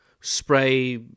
spray